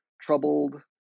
troubled